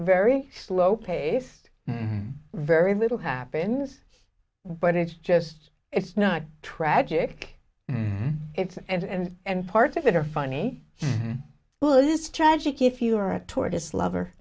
very slow paced very little happens but it's just it's not tragic it's and and parts of it are funny well it's tragic if you are a tortoise lover